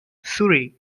surrey